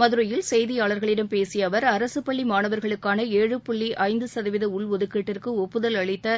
மதுரையில் செய்தியாளர்களிடம் பேசிய அவர் அரசு பள்ளி மாணவர்களுக்கான ஏழு புள்ளி ஐந்து சதவீத உள் ஒதுக்கீட்டிற்கு ஒப்புதல் அளித்த